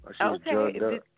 Okay